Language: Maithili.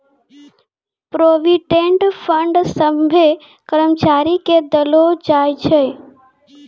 प्रोविडेंट फंड सभ्भे कर्मचारी के देलो जाय छै